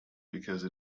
because